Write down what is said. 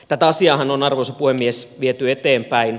tätä asiaahan on arvoisa puhemies viety eteenpäin